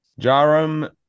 Jaram